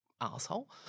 asshole